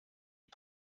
die